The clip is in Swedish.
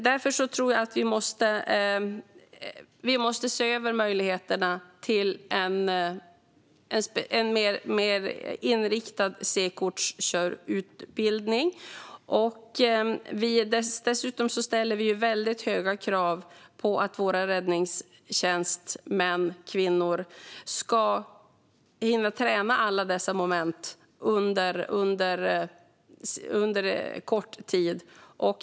Därför måste vi se över möjligheterna till en mer riktad C-körkortsutbildning. Dessutom ställer vi väldigt höga krav på att våra män och kvinnor i räddningstjänsten ska hinna träna alla dessa moment under kort tid.